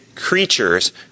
creatures